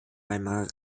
weimarer